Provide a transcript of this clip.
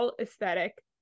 aesthetic